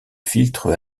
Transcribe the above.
filtres